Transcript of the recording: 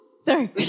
sorry